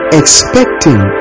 expecting